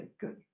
Good